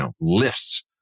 lifts